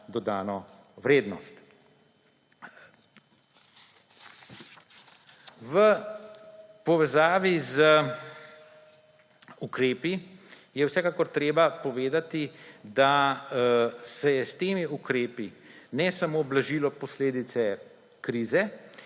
dodano vrednost. V povezavi z ukrepi je vsekakor treba povedati, da se je s temi ukrepi ne samo blažilo posledice krize,